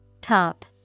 Top